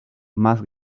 más